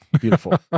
beautiful